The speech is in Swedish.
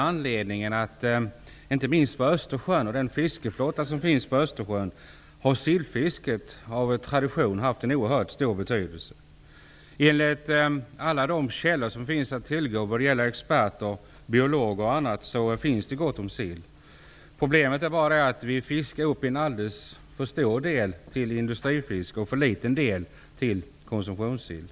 Anledningen är framför allt att för den fiskeflotta som finns på Östersjön har sillfisket av tradition haft oerhört stor betydelse. Enligt alla de källor som finns att tillgå, experter, biologer m.fl., finns det gott om sill. Problemet är bara att man fiskar upp en alltför stor del till industrifisk och för liten del till konsumtionssill.